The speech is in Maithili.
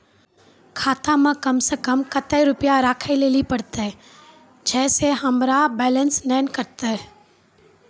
खाता मे कम सें कम कत्ते रुपैया राखै लेली परतै, छै सें हमरो बैलेंस नैन कतो?